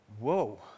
whoa